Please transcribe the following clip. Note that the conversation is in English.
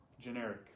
Generic